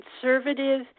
conservative